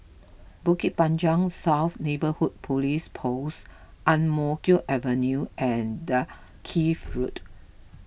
Bukit Panjang South Neighbourhood Police Post Ang Mo Kio Avenue and Dalkeith Road